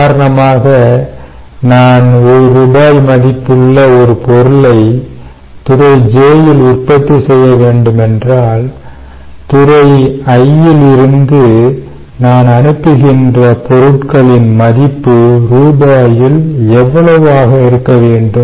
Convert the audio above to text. உதாரணமாக நான் 1 ரூபாய் மதிப்புள்ள ஒரு பொருளை துறை j ல் உற்பத்தி செய்ய வேண்டும் என்றால் துறை i யிலிருந்து நான் அனுப்புகின்ற பொருட்களின் மதிப்பு ரூபாயில் எவ்வளவு ஆக இருக்க வேண்டும்